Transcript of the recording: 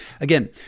Again